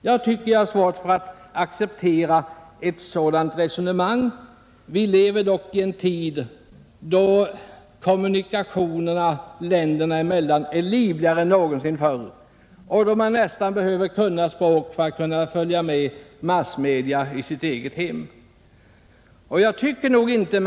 Jag har svårt att godkänna ett sådant resonemang. Vi lever dock i en tid då kommunikationerna länderna emellan är livligare än någonsin. Man behöver för närvarande nästan kunna språk för att i sitt eget hem kunna följa med massmedia.